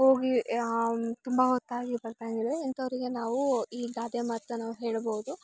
ಹೋಗಿ ತುಂಬ ಹೊತ್ತಾಗಿ ಬರ್ತಾ ಇದ್ರೆ ಇಂಥವ್ರಿಗೆ ನಾವು ಈ ಗಾದೆ ಮಾತನ್ನ ನಾವು ಹೇಳ್ಬೌದು